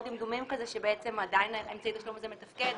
דמדומים כזה שעדיין אמצעי התשלום הזה מתפקד,